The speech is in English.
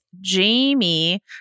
Jamie